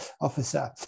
officer